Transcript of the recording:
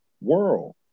world